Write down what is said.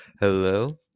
Hello